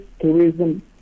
tourism